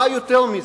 מה יותר מזה?